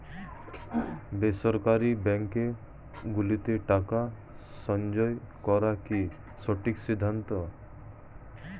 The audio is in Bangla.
বেসরকারী ব্যাঙ্ক গুলোতে টাকা সঞ্চয় করা কি সঠিক সিদ্ধান্ত?